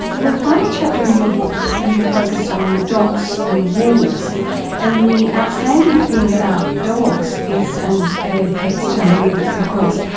the final chapter in your book you focus on dogs and wolves and the outstanding thing about dogs is, and they are pets to many of us of course,